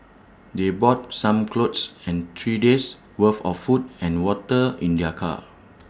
they brought some clothes and three days' worth of food and water in their car